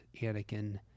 Anakin